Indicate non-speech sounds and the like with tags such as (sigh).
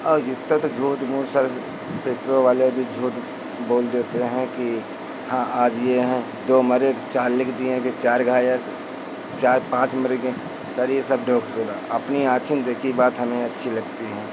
और जितना तो झूठ मूठ सर जो पेपरो वाले भी झूठ बोल देते हैं कि हाँ आज यह हैं दो मरे तो चार लिख दिए कि चार घायल चार पाँच मर गए सर यह सब (unintelligible) अपनी आँखों देखी बात हमें अच्छी लगती हैं